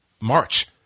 March